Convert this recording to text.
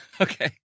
okay